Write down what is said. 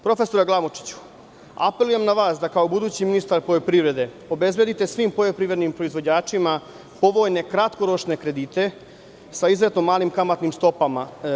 Profesore Glamočiću, apelujem na vas da kao budući ministar poljoprivrede obezbedite svim poljoprivrednim proizvođačima povoljne kratkoročne kredite, sa izuzetno malim kamatnim stopama.